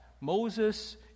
Moses